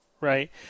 right